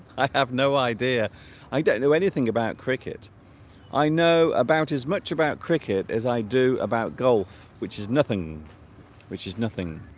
i have no idea i don't know anything about cricket i know about as much about cricket as i do about golf which is nothing which is nothing